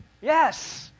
yes